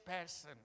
person